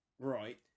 Right